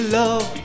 love